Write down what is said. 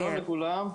שלום לכולם,